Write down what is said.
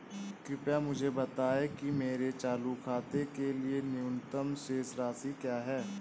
कृपया मुझे बताएं कि मेरे चालू खाते के लिए न्यूनतम शेष राशि क्या है?